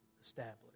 established